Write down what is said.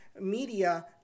media